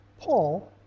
Paul